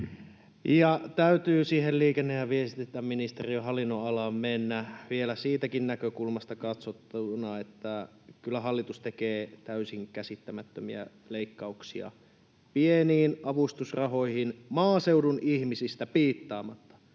täytyy siihen liikenne- ja viestintäministeriön hallinnonalaan mennä vielä siitäkin näkökulmasta katsottuna, että kyllä hallitus tekee täysin käsittämättömiä leikkauksia pieniin avustusrahoihin maaseudun ihmisistä piittaamatta.